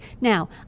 Now